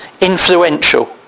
influential